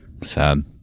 Sad